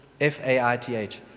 F-A-I-T-H